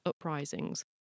uprisings